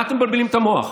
מה אתם מבלבלים את המוח?